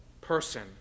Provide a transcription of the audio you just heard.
person